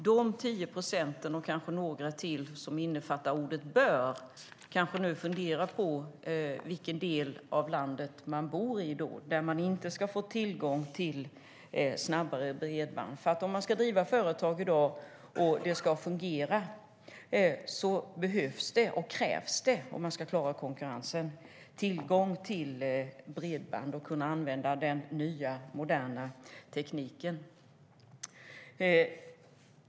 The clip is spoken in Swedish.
De 10 procent, och kanske några till, som omfattas av ordet "bör" kanske funderar på i vilken del av landet man inte ska få tillgång till snabbare bredband. Om man ska driva företag i dag och det ska fungera krävs det tillgång till bredband och ny modern teknik för att man ska klara konkurrensen.